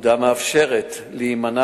הפקודה מאפשרת להימנע